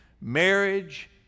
Marriage